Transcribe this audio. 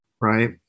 right